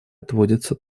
отводится